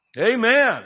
Amen